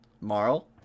Marl